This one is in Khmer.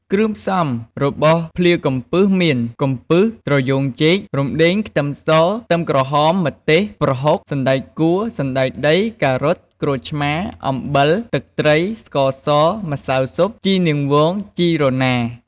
គ្រឿងផ្សំរបស់ភ្លាកំពឹសមាន កំពឹស ត្រយូងចេក រំដេង ខ្ទឹមស ខ្ទឹមក្រហម ម្ទេស ប្រហុក សណ្តែកគួរ សណ្តែកដី ការ៉ុត ក្រូចឆ្មា អំបិល ទឹកត្រី ស្ករស ម្សៅស៊ុប ជីនាងវង ជីរណា។